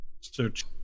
search